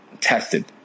tested